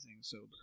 sober